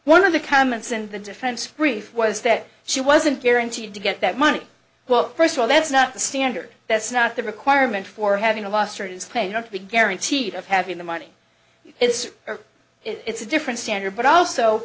one of the comments and the defense brief was that she wasn't guaranteed to get that money well first of all that's not the standard that's not the requirement for having a lawsuit is plaintiff be guaranteed of having the money is there it's a different standard but also